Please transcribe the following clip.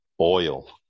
oil